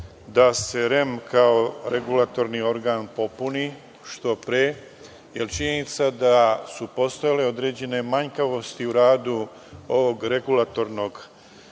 da se REM kao regulatorni organ popuni što pre, jer činjenica da su postojale određene manjkavosti u radu ovog regulatornog